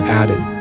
added